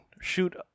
shoot